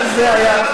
מליאה.